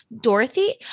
Dorothy